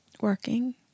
Working